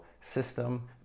system